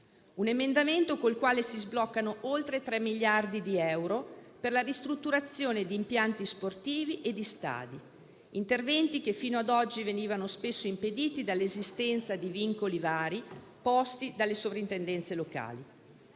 emendamento si sbloccano oltre 3 miliardi di euro per la ristrutturazione di impianti sportivi e di stadi; interventi che fino ad oggi venivano spesso impediti dall'esistenza di vincoli vari, posti dalle soprintendenze locali.